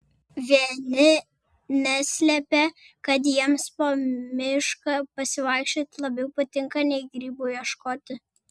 vieni neslepia kad jiems po mišką pasivaikščioti labiau patinka nei grybų ieškoti